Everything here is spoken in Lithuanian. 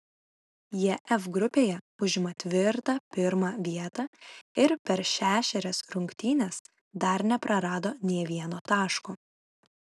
jie f grupėje užima tvirtą pirmą vietą ir per šešerias rungtynes dar neprarado nė vieno taško